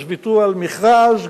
ואז ויתרו על מכרז,